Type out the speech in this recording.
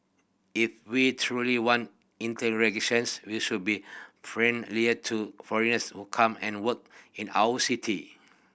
if we truly want we should be friendlier to foreigners who come and work in our city